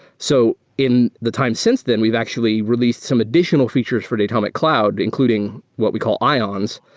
so in the time since then, we've actually released some additional features for datomic cloud including what we call ions,